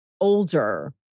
older